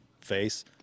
face